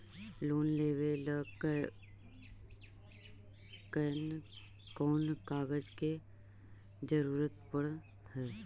Loan लेबे ल कैन कौन कागज के जरुरत पड़ है?